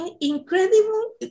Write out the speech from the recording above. incredible